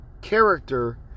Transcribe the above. character